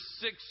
six